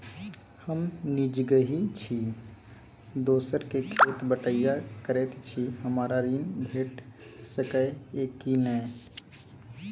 हम निजगही छी, दोसर के खेत बटईया करैत छी, हमरा ऋण भेट सकै ये कि नय?